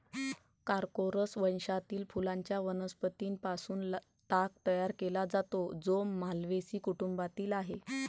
Corchorus वंशातील फुलांच्या वनस्पतीं पासून ताग तयार केला जातो, जो माल्व्हेसी कुटुंबातील आहे